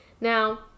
Now